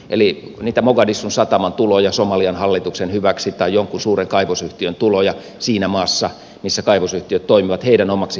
eli niitä mogadishun sataman tuloja somalian hallituksen hyväksi tai jonkun suuren kaivosyhtiön tuloja siinä maassa missä kaivosyhtiöt toimivat heidän omaksi hyväkseen